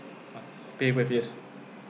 ah paywave yes